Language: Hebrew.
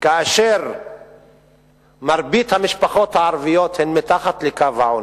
כאשר מרבית המשפחות הערביות הן מתחת לקו העוני,